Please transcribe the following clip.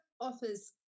offers